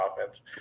offense